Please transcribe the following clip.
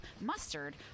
mustard